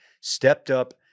stepped-up